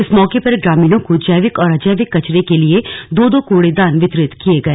इस मौके पर ग्रामीणों को जैविक और अजैविक कचरे के लिए दो दो कूड़ेदान वितरीत किए गए